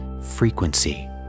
frequency